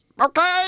Okay